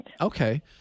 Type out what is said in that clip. Okay